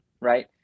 right